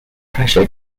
pressure